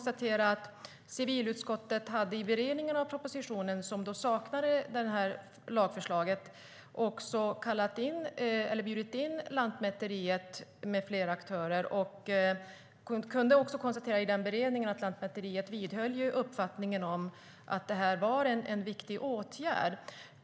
Till civilutskottets beredning av propositionen, som saknade det här lagförslaget, bjöds Lantmäteriet med flera aktörer in. I beredningen kunde vi konstatera att Lantmäteriet vidhöll uppfattningen att det här är en viktig åtgärd.